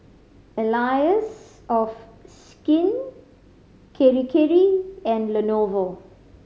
Allies of Skin Kirei Kirei and Lenovo